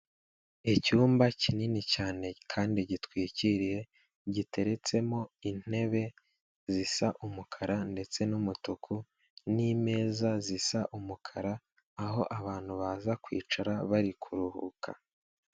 Icyumba kinini cyane kandi gitwikiriye, giteretsemo intebe zisa umukara ndetse n'umutuku, n'imeza zisa umukara aho abantu baza kwicara bari kuruhuka.